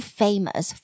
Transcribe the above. famous